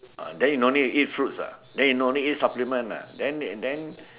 then you no need eat fruits ah then you no need eat supplements ah then then